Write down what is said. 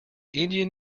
indian